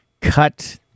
cut